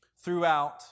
throughout